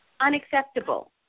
unacceptable